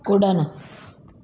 कुड॒णु